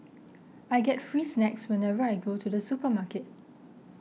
I get free snacks whenever I go to the supermarket